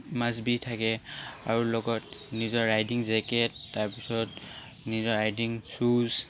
must be থাকে আৰু লগত নিজৰ ৰাইডিং জেকেট তাৰপিছত নিজৰ ৰাইডিং শ্বুজ